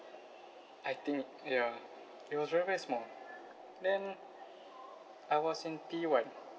I think ya it was very very small then I was in P one